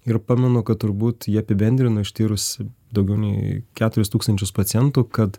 ir pamenu kad turbūt ji apibendrino ištyrus daugiau nei keturis tūkstančius pacientų kad